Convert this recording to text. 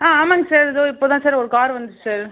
ஆ ஆமாங்க சார் இதோ இப்போ தான் சார் ஒரு கார் வந்துச்சு சார்